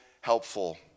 helpful